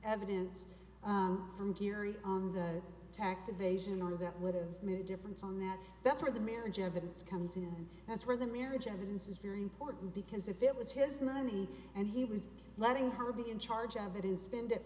evidence from geary on the tax evasion or that would have made a difference on that that's where the marriage evidence comes in that's where the marriage evidence is very important because if it was his money and he was letting her be in charge of it is be